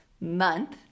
month